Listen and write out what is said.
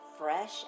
Fresh